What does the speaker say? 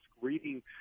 reading